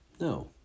No